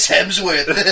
Hemsworth